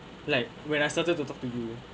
like when I started to talk to you